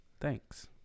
Thanks